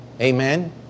Amen